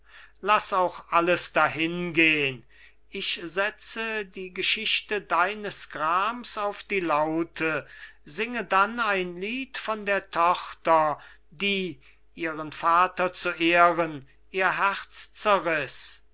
laß auch alles dahingehn ich setze die geschichte deines grams auf die laute singe dann ein lied von der tochter die ihren vater zu ehren ihr herz